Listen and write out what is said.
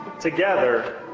together